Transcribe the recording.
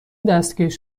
دستکش